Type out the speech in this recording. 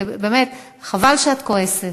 ובאמת, חבל שאת כועסת.